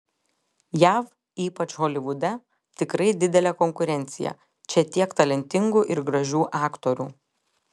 jav ypač holivude tikrai didelė konkurencija čia tiek talentingų ir gražių aktorių